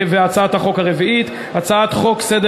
והצעת החוק הרביעית היא הצעת חוק סדר